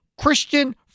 Christian